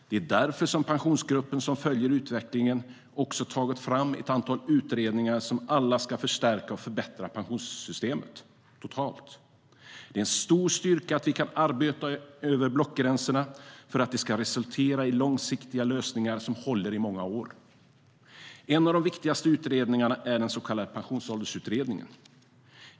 Det är därför som Pensionsgruppen som följer utvecklingen också tagit fram ett antal utredningar som alla ska förstärka och förbättra pensionssystemet totalt. Det är en stor styrka att vi kan arbeta över blockgränserna för att det ska resultera i långsiktiga lösningar som håller i många år. En av de viktigaste utredningarna är den så kallade Pensionsåldersutredningen.